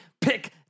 Pick